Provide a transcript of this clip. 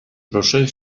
proszę